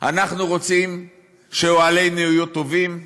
אנחנו רוצים שאוהלינו יהיו טובים,